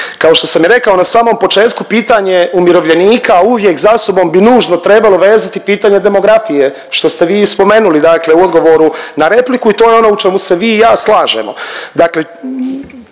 Kao što sam i rekao na samom početku pitanje umirovljenika uvijek za sobom bi nužno trebalo vezati pitanje demografije što ste vi i spomenuli, dakle u odgovoru na repliku i to je ono u čemu se vi i ja slažemo.